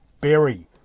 Berry